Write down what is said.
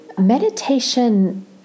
Meditation